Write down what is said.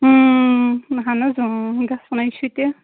اہن حظ اۭں گژھن ہَے چھُ تہِ